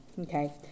okay